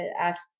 ask